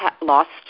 lost